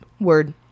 Word